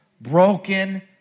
Broken